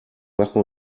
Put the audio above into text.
wache